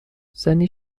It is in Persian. زنی